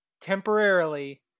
temporarily